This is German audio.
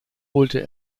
holte